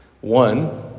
One